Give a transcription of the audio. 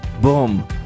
boom